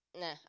Nah